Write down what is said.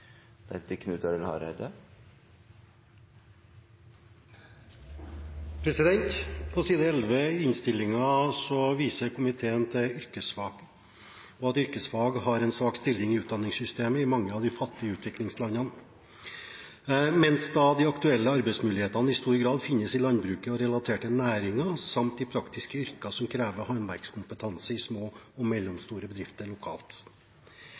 På side 11 i innstillingen viser komiteen til yrkesfag. Det står at «yrkesfag har en svak stilling i utdanningssystemet i mange av de fattigste utviklingslandene, mens de aktuelle arbeidsmuligheter i stor grad finnes i landbruket og relaterte næringer samt i praktiske yrker som krever håndverkskompetanse i små og mellomstore bedrifter lokalt».